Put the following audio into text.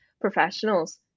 professionals